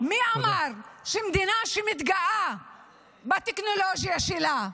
מי אמר שמדינה שמתגאה בטכנולוגיה שלה,